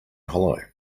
hollow